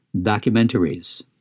documentaries